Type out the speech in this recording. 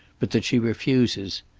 but that she refuses.